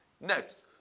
next